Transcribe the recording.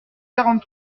quarante